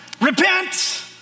repent